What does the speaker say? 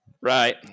Right